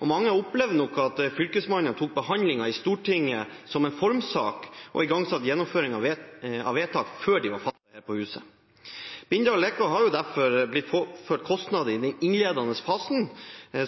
og mange opplever nok at Fylkesmannen tok behandlingen i Stortinget som en formsak og igangsatte gjennomføringen av vedtak før de ble fattet her i huset. Bindal og Leka har derfor blitt påført kostnader i den innledende fasen